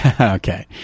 Okay